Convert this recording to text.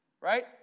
Right